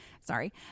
sorry